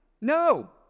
No